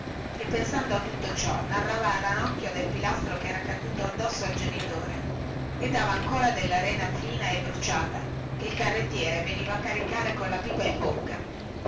e pensando a tutto ciò narrava a ranocchio del pilastro che era caduto addosso al genitore e dava ancora della rena fina e bruciata che il carrettiere veniva a caricare colla pipa in bocca